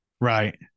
Right